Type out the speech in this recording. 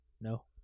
No